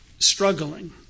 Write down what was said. Struggling